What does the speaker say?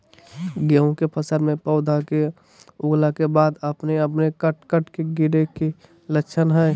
गेहूं के फसल में पौधा के उगला के बाद अपने अपने कट कट के गिरे के की लक्षण हय?